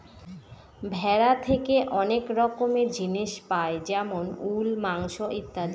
ভেড়া থেকে অনেক রকমের জিনিস পাই যেমন উল, মাংস ইত্যাদি